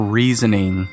reasoning